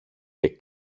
και